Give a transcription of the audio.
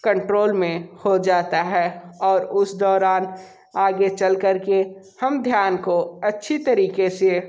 control में हो जाता है और उस दौरान आगे चल कर के हम ध्यान को अच्छी तरीक़े से